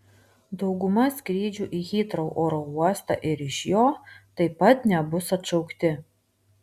dauguma skrydžių į hitrou oro uostą ir iš jo taip pat nebus atšaukti